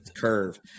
curve